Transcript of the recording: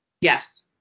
Yes